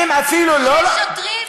היא תקרא להם משת"פים.